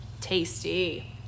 Tasty